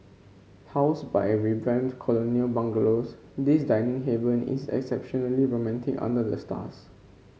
housed by revamped colonial bungalows this dining haven is exceptionally romantic under the stars